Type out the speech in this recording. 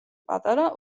პატარა